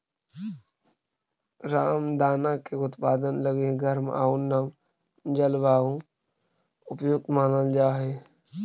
रामदाना के उत्पादन लगी गर्म आउ नम जलवायु उपयुक्त मानल जा हइ